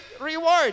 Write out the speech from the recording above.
reward